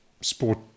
sport